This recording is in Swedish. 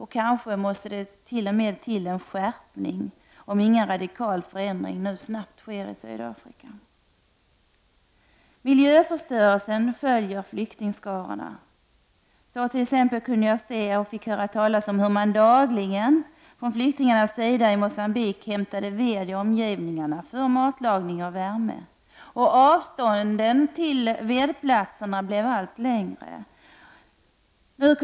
Kanske måste det t.o.m. bli en skärpning, om ingen radikal förändring nu snabbt sker i Sydafrika. Miljöförstörelsen följer flyktingskarorna. Jag hörde talas om — och fick se — hur flyktingarna i Mogambique dagligen hämtade ved i omgivningarna för matlagning och värme. Avstånden till vedplatserna blev allt längre.